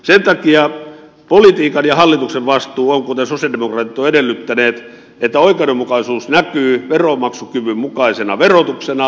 sen takia politiikan ja hallituksen vastuu on kuten sosialidemokraatit ovat edellyttäneet et tä oikeudenmukaisuus näkyy veronmaksukyvyn mukaisena verotuksena